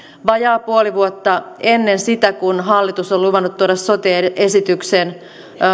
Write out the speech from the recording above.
vajaa puoli vuotta ennen sitä kun hallitus on luvannut tuoda sote esityksen